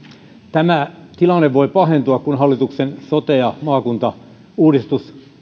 tämä tilanne voi pahentua kun tulee hallituksen sote ja maakuntauudistus